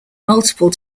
multiple